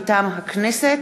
מטעם הכנסת: